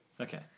Okay